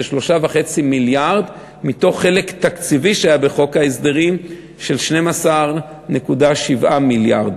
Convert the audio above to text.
זה 3.5 מיליארד מחלק תקציבי שהיה בחוק ההסדרים של 12.7 מיליארד,